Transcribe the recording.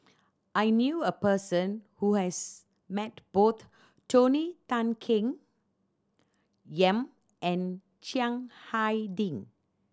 I knew a person who has met both Tony Tan Keng Yam and Chiang Hai Ding